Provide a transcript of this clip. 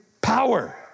power